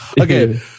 Okay